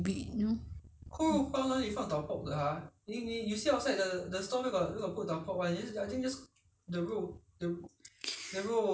通常他们可能也是有放别的东西 they also put other thing but the thing is maybe they never you know sell it to you b~ only I don't know